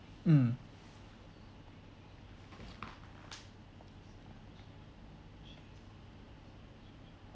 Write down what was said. mm